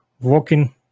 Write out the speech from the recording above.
walking